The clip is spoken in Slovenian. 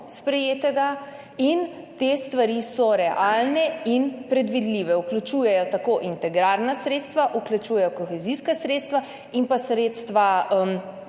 sprejeto in te stvari so realne in predvidljive. Vključuje tako integralna sredstva, vključuje kohezijska sredstva in sredstva